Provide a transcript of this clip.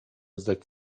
zdać